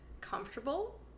comfortable